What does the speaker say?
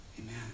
amen